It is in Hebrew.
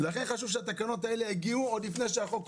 לכן חשוב שהתקנות האלה יגיעו עוד לפני שהחוק עובר.